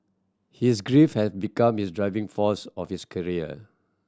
his grief had become his driving force of his career